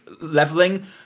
leveling